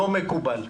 לא מקובל.